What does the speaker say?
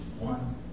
one